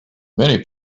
many